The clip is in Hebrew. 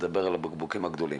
לדבר על הבקבוקים הגדולים.